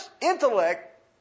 intellect